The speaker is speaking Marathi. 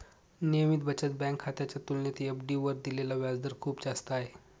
नियमित बचत बँक खात्याच्या तुलनेत एफ.डी वर दिलेला व्याजदर खूप जास्त आहे